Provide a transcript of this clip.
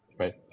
Right